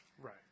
right